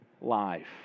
life